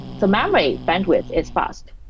the memory bandwidth is fast.